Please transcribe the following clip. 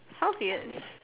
sounds weird